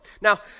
Now